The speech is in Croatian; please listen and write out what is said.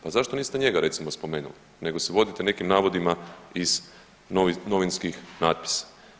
Pa zašto niste njega recimo spomenuli nego se vodite nekim navodima iz novinskih natpisa.